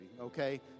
okay